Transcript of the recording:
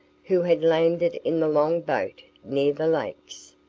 who had landed in the long boat near the lakes,